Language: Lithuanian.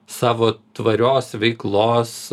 savo tvarios veiklos